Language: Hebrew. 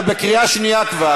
אתה כבר בקריאה שנייה.